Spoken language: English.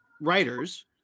writers